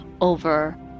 over